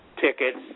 tickets